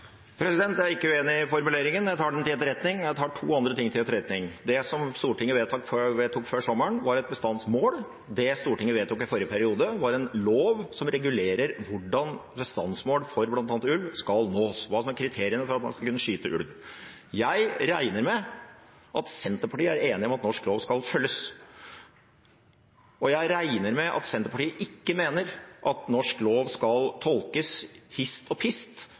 til etterretning, og jeg tar to andre ting til etterretning. Det som Stortinget vedtok før sommeren, var et bestandsmål. Det Stortinget vedtok i forrige periode, var en lov som regulerer hvordan bestandsmål for bl.a. ulv skal nås – hva som er kriteriene for at man skal kunne skyte ulv. Jeg regner med at Senterpartiet er enig i at norsk lov skal følges, og jeg regner med at Senterpartiet ikke mener at norsk lov skal tolkes i hist og pist,